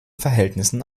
verhältnissen